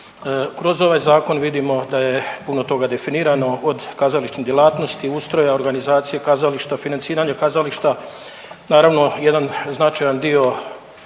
Kroz ovaj zakon vidimo da je puno toga definirano od kazališnih djelatnosti, ustroja, organizacije kazališta, financiranje kazališta. Naravno jedan značajan dio